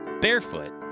barefoot